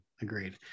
Agreed